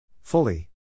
Fully